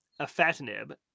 afatinib